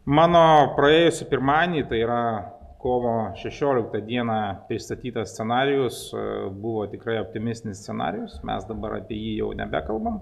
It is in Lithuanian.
mano praėjusį pirmadienį tai yra kovo šešioliktą dieną pristatytas scenarijus buvo tikrai optimistinis scenarijus mes dabar apie jį jau nebekalbam